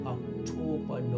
October